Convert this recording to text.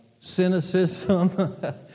cynicism